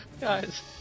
Guys